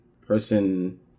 person